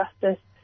justice